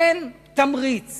אין תמריץ